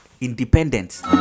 independence